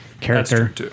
character